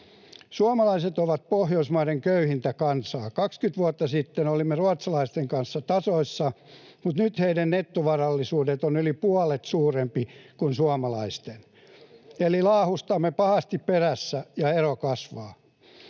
Suomalaiset ovat Pohjoismaiden köyhintä kansaa. 20 vuotta sitten olimme ruotsalaisten kanssa tasoissa, mutta nyt heidän nettovarallisuutensa on yli puolet suurempi kuin suomalaisten. Eli laahustamme pahasti perässä, ja ero kasvaa.